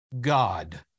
God